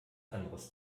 anderes